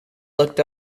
looked